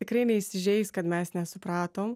tikrai neįsižeis kad mes nesupratom